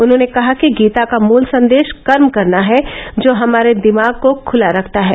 उन्होंने कहा कि गीता का मूल संदेश कर्म करना है जो हमारे दिमाग को खुला रखता है